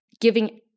giving